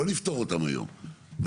לא לפתור אותם היום,